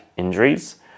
Injuries